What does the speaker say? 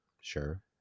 sure